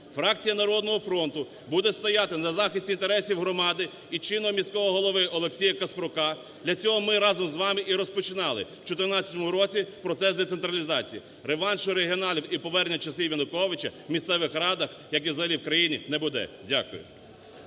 Фракція "Народного фронту" буде стояти на захисті інтересів громади і чиного міського голови Олексія Каспрука. Для цього ми разом з вами і розпочинали в 14-му році процес децентралізації. Реваншу регіоналів і повернення часів Януковича в місцевих радах, як і взагалі в країні, не буде. Дякую.